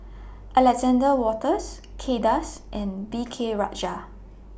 Alexander Wolters Kay Das and V K Rajah